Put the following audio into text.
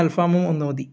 അൽഫാമും ഒന്ന് മതി